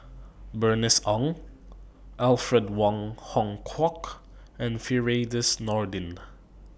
Bernice Ong Alfred Wong Hong Kwok and Firdaus Nordin